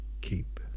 keep